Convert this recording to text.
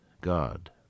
God